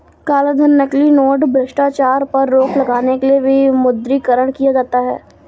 कालाधन, नकली नोट, भ्रष्टाचार पर रोक लगाने के लिए विमुद्रीकरण किया जाता है